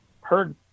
heard